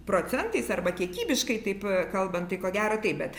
procentais arba kiekybiškai taip kalbant tai ko gero taip bet